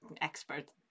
expert